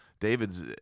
David's